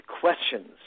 questions